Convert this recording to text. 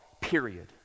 period